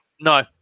No